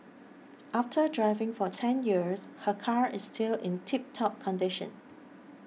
after driving for ten years her car is still in tiptop condition